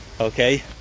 Okay